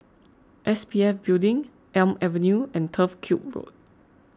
S P F Building Elm Avenue and Turf Ciub Road